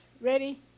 ready